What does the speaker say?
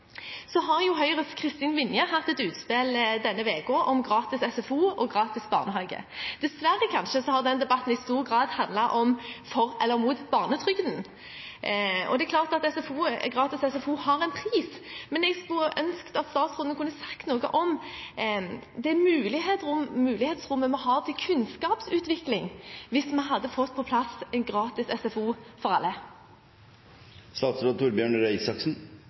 et utspill om gratis SFO og gratis barnehage. Dessverre har den debatten i stor grad handlet om å være for eller imot barnetrygden. Det er klart at gratis SFO har en pris, men jeg skulle ønske at statsråden kunne sagt noe om det mulighetsrommet vi hadde hatt til kunnskapsutvikling hvis vi hadde fått på plass gratis SFO for alle.